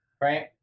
right